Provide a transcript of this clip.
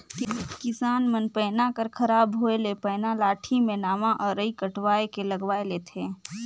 किसान मन पैना कर खराब होए ले पैना लाठी मे नावा अरई कटवाए के लगवाए लेथे